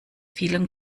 vielen